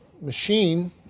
machine